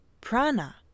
prana